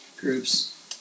groups